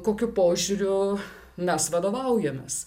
kokiu požiūriu mes vadovaujamės